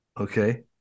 Okay